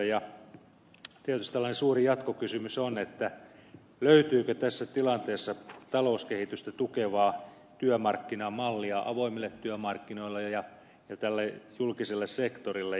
tietysti tällainen suuri jatkokysymys on löytyykö tässä tilanteessa talouskehitystä tukevaa työmarkkinamallia avoimille työmarkkinoille ja julkiselle sektorille